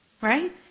Right